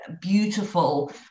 beautiful